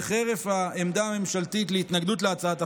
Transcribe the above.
חרף העמדה הממשלתית של התנגדות להצעת החוק,